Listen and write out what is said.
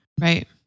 right